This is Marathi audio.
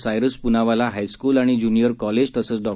सायरस पूनावाला हायस्कूल आणि ज्युनियर कॉलेज तसंच डॉ